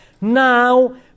Now